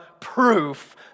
proof